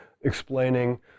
explaining